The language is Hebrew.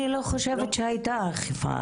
אני לא חושבת שהייתה אכיפה,